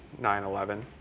9-11